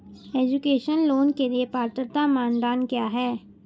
Education loan के लिए पात्रता मानदंड क्या है?